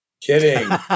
kidding